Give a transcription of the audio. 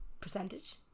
percentage